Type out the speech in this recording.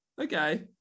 okay